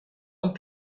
ont